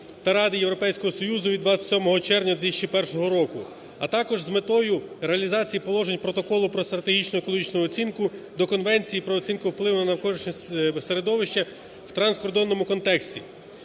та Ради Європейського Союзу від 27 червня 2001 року, а також з метою реалізації положень Протоколу про стратегічну екологічну оцінку до Конвенції про оцінку впливу на навколишнє середовище в транскордонному контексті.